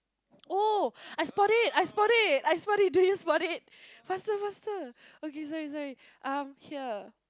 oh I spot it I spot it I spot it do you spot it faster faster okay sorry sorry um here